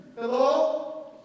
hello